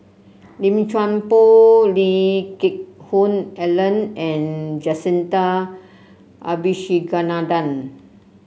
Lim Chuan Poh Lee Geck Hoon Ellen and Jacintha Abisheganaden